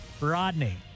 Rodney